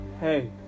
Hey